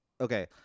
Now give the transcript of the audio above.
Okay